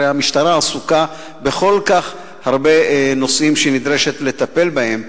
הרי המשטרה עסוקה בכל כך הרבה נושאים שהיא נדרשת לטפל בהם.